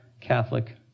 Catholic